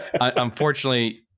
unfortunately